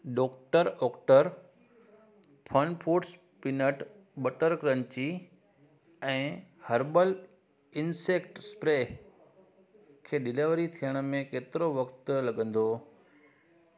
doctor औक्टर fun foods peanut butter crunchy ऐं herbal insect spray खे डिलीवरी थियण में केतिरो वक़्तु लॻंदो